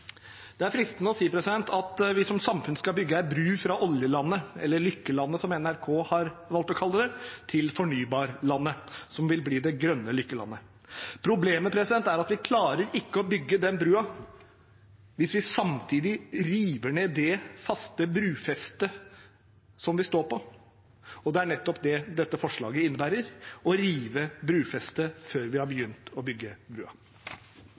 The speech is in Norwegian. Det er fristende å si at vi som samfunn skal bygge ei bru fra oljelandet, eller lykkelandet, som NRK har valgt å kalle det, til fornybarlandet – som vil bli det grønne lykkelandet. Problemet er at vi klarer ikke å bygge den brua hvis vi samtidig river ned det faste brufestet som vi står på, og det er nettopp det dette forslaget innebærer: å rive brufestet før vi har begynt å bygge